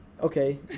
Okay